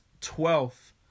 twelfth